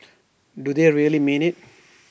do they really mean IT